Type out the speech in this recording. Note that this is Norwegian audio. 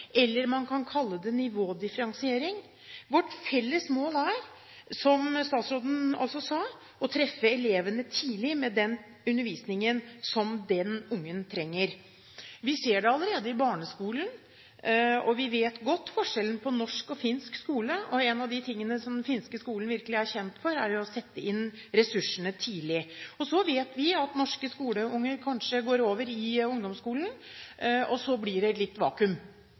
eller man kan kalle det nivådifferensiering. Vårt felles mål er, som statsråden sa, å treffe eleven tidlig med den undervisningen som den ungen trenger. Vi ser det allerede i barneskolen. Vi vet godt forskjellen på norsk og finsk skole, og en av de tingene som den finske skolen virkelig er kjent for, er å sette inn ressursene tidlig. Så vet vi at når norske skoleunger går over i ungdomsskolen, blir det litt vakuum,